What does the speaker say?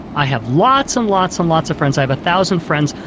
i have lots, and lots, and lots of friends i have a thousand friends,